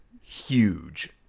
huge